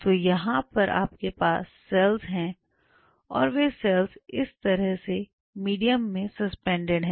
तो यहां पर आपके पास सेल्स है और वै सेल्स इस तरह से मीडियम में सस्पेंडेड है